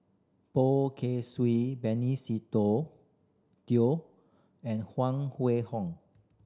Poh Kay Swee Benny Se Teo and Huang Wenhong